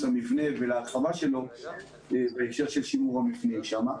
המבנה ולהרחבה שלו בהקשר של שימור המבנה שם.